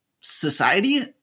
society